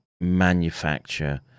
manufacture